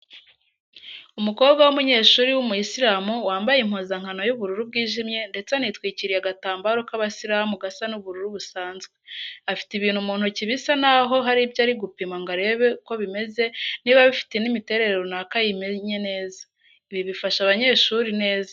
Umukobwa w'umunyeshuri w'umuyisiramu wambaye impuzankano y'ubururu bwijimye ndetse anitwikiriye agatambaro k'abasiramu gasa n'ubururu busanzwe. Afite ibintu mu ntoki bisa n'aho hari ibyo ari gupima ngo arebe uko bimeze niba bifite n'imiterere ruanaka ayimenye neza. Ibi bifasha abanyeshuri neza.